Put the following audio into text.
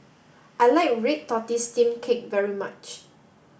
I like Red Tortoise Steamed Cake very much